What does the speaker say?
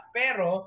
pero